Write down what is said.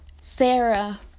Sarah